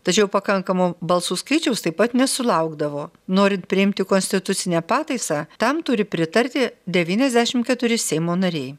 tačiau pakankamo balsų skaičiaus taip pat nesulaukdavo norint priimti konstitucinę pataisą tam turi pritarti devyniasdešimt keturi seimo nariai